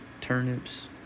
turnips